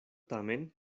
tamen